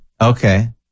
Okay